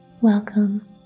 Welcome